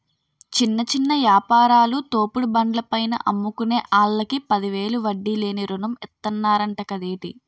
చిన్న చిన్న యాపారాలు, తోపుడు బండ్ల పైన అమ్ముకునే ఆల్లకి పదివేలు వడ్డీ లేని రుణం ఇతన్నరంట కదేటి